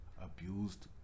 abused